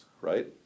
right